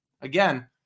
again